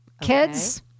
kids